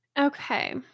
Okay